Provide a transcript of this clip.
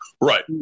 Right